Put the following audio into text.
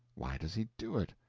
why does he do it?